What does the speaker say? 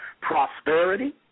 prosperity